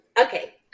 Okay